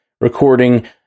recording